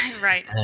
right